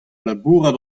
labourat